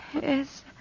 Yes